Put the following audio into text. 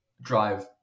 drive